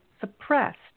suppressed